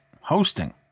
hosting